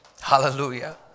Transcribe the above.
Hallelujah